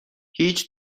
هیچ